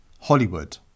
Hollywood